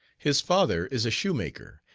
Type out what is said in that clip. his father is a shoemaker,